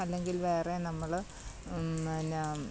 അല്ലെങ്കിൽ വേറെ നമ്മൾ പിന്നെ